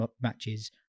matches